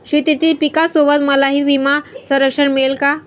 शेतीतील पिकासोबत मलाही विमा संरक्षण मिळेल का?